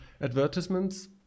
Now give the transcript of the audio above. advertisements